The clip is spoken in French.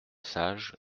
sage